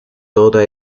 toda